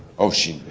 oh she